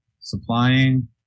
supplying